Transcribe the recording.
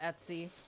Etsy